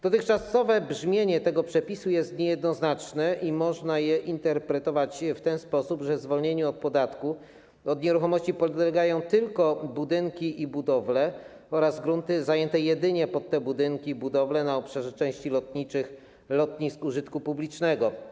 Dotychczasowe brzmienie tego przepisu jest niejednoznaczne i można je interpretować w ten sposób, że zwolnieniu z podatku od nieruchomości podlegają tylko budynki i budowle oraz grunty zajęte jedynie pod te budynki i budowle na obszarze części lotniczych lotnisk użytku publicznego.